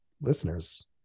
listeners